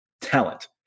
talent